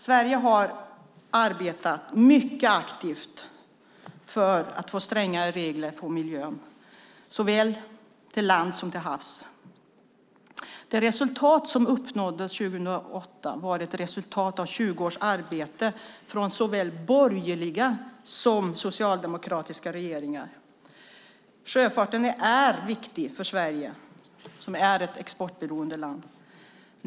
Sverige har arbetat mycket aktivt för strängare regler för miljön, såväl till lands som till havs. Det resultat som uppnåddes 2008 var ett resultat av 20 års arbete av såväl borgerliga som socialdemokratiska regeringar. Sjöfarten är viktig för Sverige, som är ett exportberoende land.